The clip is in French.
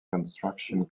construction